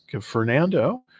Fernando